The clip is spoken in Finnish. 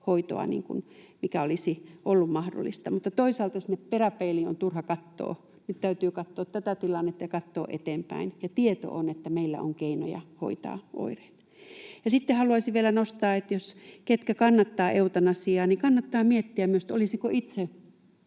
hoitoa, mikä olisi ollut mahdollista. Mutta toisaalta sinne peräpeiliin on turha katsoa. Nyt täytyy katsoa tätä tilannetta ja katsoa eteenpäin, ja on tieto, että meillä on keinoja hoitaa oireita. Ja sitten haluaisin vielä nostaa tämän: niiden, ketkä kannattavat eutanasiaa, kannattaa miettiä myös, olisiko itse